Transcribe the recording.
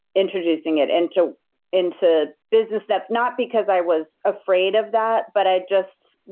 introducing it into into business stuff. not because i was afraid of that, but i just.